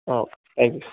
thank you sir